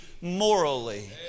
morally